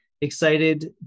Excited